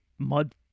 mud